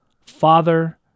father